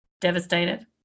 devastated